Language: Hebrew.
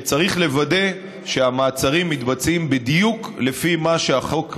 צריך לוודא שהמעצרים מתבצעים בדיוק לפי מה שהחוק מאפשר,